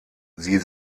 sie